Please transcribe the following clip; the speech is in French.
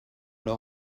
leur